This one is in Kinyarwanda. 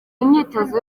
imyitozo